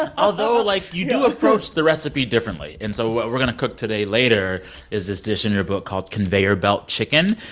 ah although, like, you do know approach the recipe differently. and so what we're going to cook today later is this dish in your book called conveyor belt chicken.